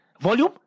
volume